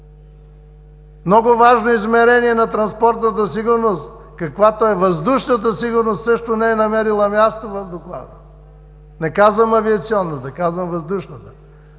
Много важно измерение на транспортната сигурност, каквато е въздушната сигурност, също не е намерила място в Доклада. Не казвам „авиационната“, казвам „въздушната“.